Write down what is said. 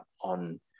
on